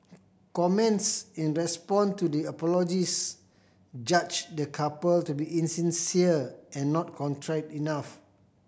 comments in response to the apologies judged the couple to be insincere and not contrite enough